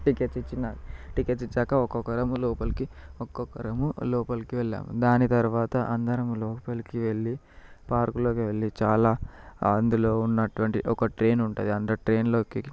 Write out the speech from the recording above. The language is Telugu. టికెట్స్ ఇచ్చినా టికెట్స్ ఇచ్చాక ఒక్కొక్కరము లోపలికి ఒక్కొక్కరము లోపలికి వెళ్ళాము దాని తరువాత అందరం లోపలికి వెళ్ళి పార్కులోకి వెళ్ళి చాలా అందులో ఉన్నటువంటి ఒక ట్రైన్ ఉంటుంది అందులో ట్రైన్లోకి